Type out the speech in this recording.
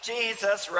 Jesus